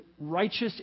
righteous